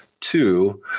two